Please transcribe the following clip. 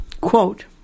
quote